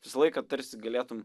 visą laiką tarsi galėtum